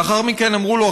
לאחר מכן אמרו לו,